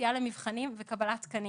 יציאה למבחנים וקבלת תקנים.